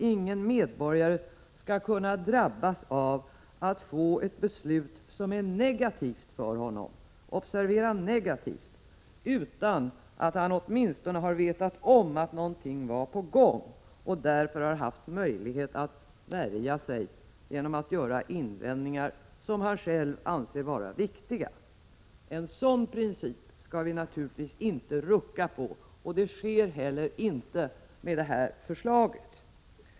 Ingen medborgare skall kunna drabbas av att få ett beslut som är negativt — observera: negativt! — för honom, utan att han åtminstone har vetat om att någonting var på gång och därför haft möjlighet att ”värja sig” genom att göra invändningar som han själv anser vara viktiga. En sådan princip skall vi naturligtvis inte rucka på, och det sker heller inte med det här förslaget.